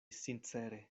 sincere